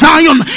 Zion